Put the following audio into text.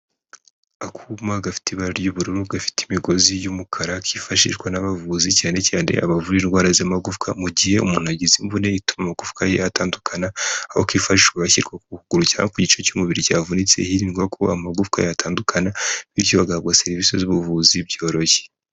Akuma gafite ibara ry'ubururu gafite imigozi y'umukara kifashishwa n'abavuzi cyane cyane abavura indwara zi amagufwa mu gihe umuntu agize imvune ituma amagufwa ye atandukana. Aho kifashishwa gashyirwa ku kuguru cyangwa kukindi gice cy'umubiri cyavunitse hirindwako amagufwa yatandukana bityo bagahabwa serivisi z'ubuvuzi byoroshye.